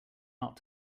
not